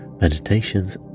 meditations